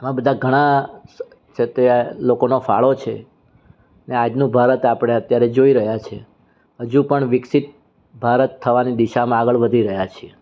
આ બધા ઘણાં છે તે લોકોનો ફાળો છે ને આજનું ભારત આપણે અત્યારે જોઈ રહ્યા છે હજુ પણ વિકસિત ભારત થવાની દિશામાં આગળ વધી રહ્યા છે